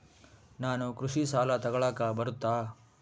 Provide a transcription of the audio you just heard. ನಾನು ಕೃಷಿ ಸಾಲ ತಗಳಕ ಬರುತ್ತಾ?